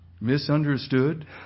misunderstood